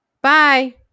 bye